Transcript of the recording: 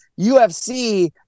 UFC